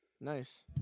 Nice